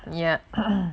也